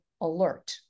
alert